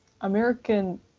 American